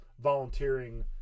volunteering